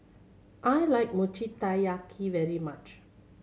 I like Mochi Taiyaki very much